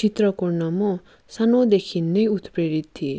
चित्र कोर्न म सानोदेखि नै उत्प्रेरित थिएँ